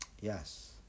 yes